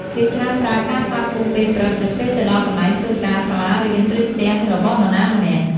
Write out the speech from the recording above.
គេច្រើនប្រើការស្វាគមន៍ពេលព្រឹក នៅពេលទៅដល់កន្លែងធ្វើការ សាលារៀន ឬផ្ទះរបស់នរណាម្នាក់។